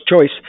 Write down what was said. choice